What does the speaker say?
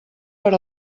per